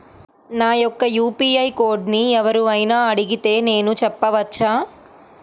నా యొక్క యూ.పీ.ఐ కోడ్ని ఎవరు అయినా అడిగితే నేను చెప్పవచ్చా?